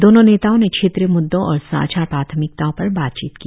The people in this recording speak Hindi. दोनों नेताओं ने क्षेत्रीय मुद्दों और साझा प्राथमिकताओं पर बातचीत की